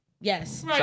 Yes